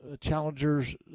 Challengers